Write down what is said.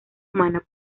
humana